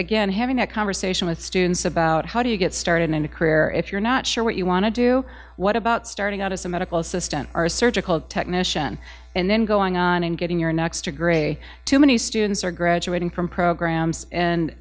again having a conversation with students about how do you get started in a career if you're not sure what you want to do what about starting out as a medical assistant or a surgical technician and then going on and getting your next to gray too many students are graduating from programs and